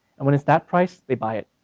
and when it's that price, they buy it.